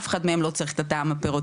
אף אחד מהם לא צריך את הטעם הפירותי,